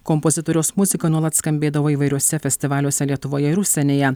kompozitoriaus muzika nuolat skambėdavo įvairiuose festivaliuose lietuvoje ir užsienyje